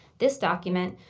this document,